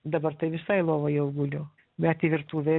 dabar tai visai lovoj jau guliu bet į virtuvę